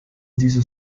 dieser